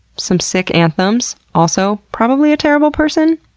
some sick anthems. also, probably a terrible person?